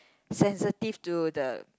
sensitive to the